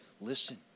listen